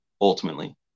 ultimately